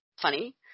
Funny